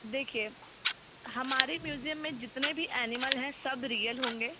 देखिए हमारे म्यूज़ियम में जितने भी एनिमल है सब रियल होंगे